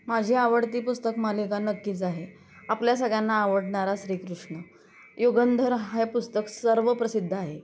माझी आवडती पुस्तक मालिका नक्कीच आहे आपल्या सगळ्यांना आवडणारा श्रीकृष्ण युगंधर हे पुस्तक सर्व प्रसिद्ध आहे